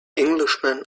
englishman